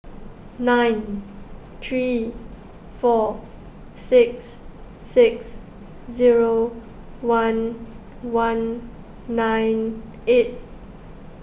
nine three four six six zero one one nine eight